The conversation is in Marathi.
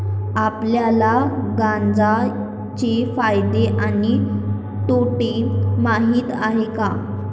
आपल्याला गांजा चे फायदे आणि तोटे माहित आहेत का?